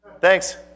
Thanks